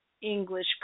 English